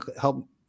help